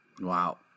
Wow